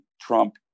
Trump